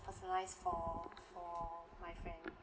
personalised for for my friend